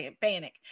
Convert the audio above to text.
panic